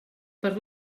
per